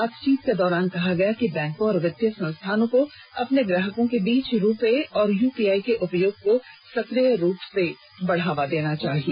बातचीत के दौरान कहा गया कि बैंकों और वित्तीय संस्थानों को अपने ग्राहकों के बीच रूपे और यूपीआई के उपयोग को सक्रिय रूप से बढ़ावा देना चाहिए